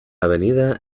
avenida